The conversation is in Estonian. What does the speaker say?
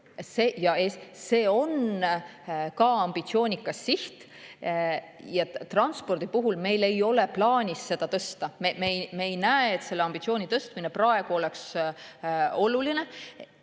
on ambitsioonikas siht. Transpordi puhul ei ole meil plaanis seda tõsta. Me ei näe, et selle ambitsiooni tõstmine praegu oleks oluline.